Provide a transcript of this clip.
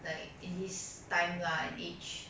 like in this time lah and age